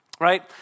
right